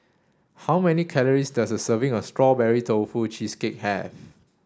how many calories does a serving of strawberry tofu cheesecake have